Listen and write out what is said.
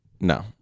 no